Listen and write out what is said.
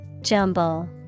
Jumble